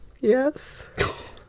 yes